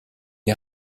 est